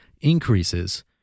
increases